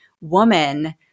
woman